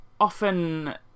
often